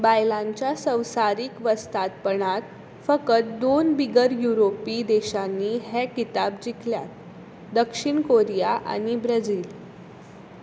बायलांच्या संवसारीक वस्तादपणांत फकत दोन बिगर युरोपी देशांनी हे किताब जिखल्यात दक्षिण कोरिया आनी ब्राझील